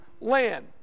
land